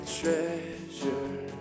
treasure